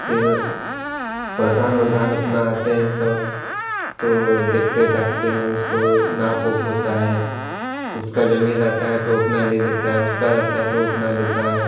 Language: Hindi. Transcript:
फिर प्रधान उरधान अपना आते हैं सब तो देखते ताकते हैं उसको नाप उप होता है तो उसका जमीन रहता है तो वो अपना ले लेता है उसका रहता है तो वो अपना लेता है